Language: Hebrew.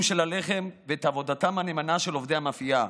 של הלחם ואת עבודתם הנאמנה של עובדי המאפייה.